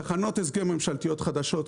תחנות הסגר ממשלתיות חדשות,